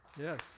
yes